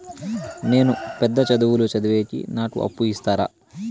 నేను పెద్ద చదువులు చదివేకి నాకు అప్పు ఇస్తారా